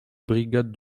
brigade